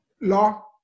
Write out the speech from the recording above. law